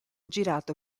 girato